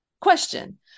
question